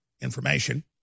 information